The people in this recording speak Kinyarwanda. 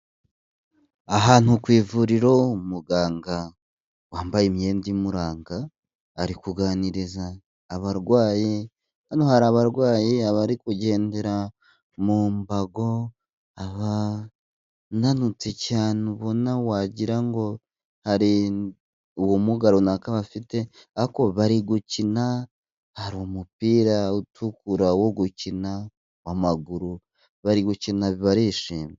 Ahantu ku ivuriro, muganga wambaye imyenda imuranga ari kuganiriza abarwayi, hano hari abarwayi abari kugendera mu mbago abananutse cyane, ubona wagira ngo hari ubumuga runaka bafite ariko, bari gukina hari umupira utukura wo gukina amaguru, bari gukina barishimye.